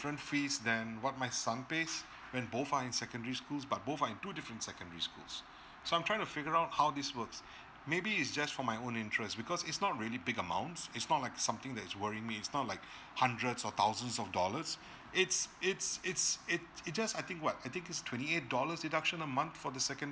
different fees then what my son pays when both are in secondary schools but both are in two different secondary schools so I'm trying to figure out how this works maybe is just for my own interest because it's not really big amount it's more like something that's worrying me is not like hundreds or thousands of dollars it's it's it's it it just I think what I think is twenty eight dollars deduction a month for the second